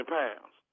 pounds